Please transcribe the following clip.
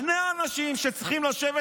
שני אנשים שצריכים לשבת,